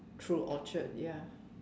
through Orchard ya